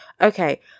okay